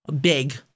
big